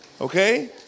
Okay